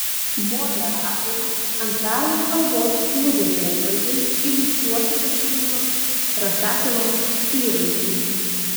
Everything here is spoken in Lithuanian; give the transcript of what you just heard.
moderatorė antrajam kalbos klubo pokalbiui iliustruoti pasirinko rasakilos įvaizdį